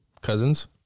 cousins